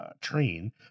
train